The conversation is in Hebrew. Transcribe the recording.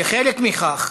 כחלק מכך,